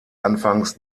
anfangs